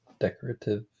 decorative